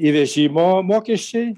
įvežimo mokesčiai